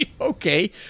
Okay